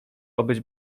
obyć